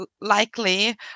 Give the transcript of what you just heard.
likely